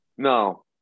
No